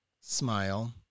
smile